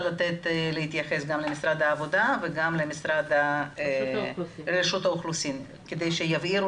שמשרד העבודה ורשות האוכלוסין יתייחסו ויבהירו